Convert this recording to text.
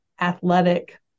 athletic